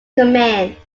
command